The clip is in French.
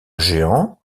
géant